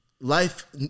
life